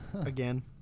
Again